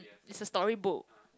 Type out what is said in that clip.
is a storybook